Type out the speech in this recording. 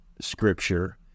scripture